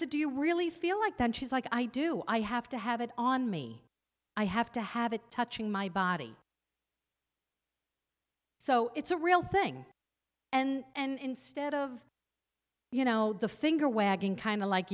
said do you really feel like that she's like i do i have to have it on me i have to have a touching my body so it's a real thing and instead of you know the finger wagging kind of like